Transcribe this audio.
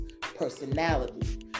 personality